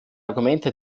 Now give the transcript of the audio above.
argumente